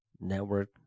network